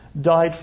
died